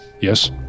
Yes